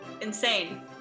insane